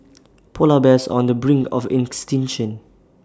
Polar Bears are on the brink of extinction